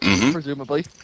presumably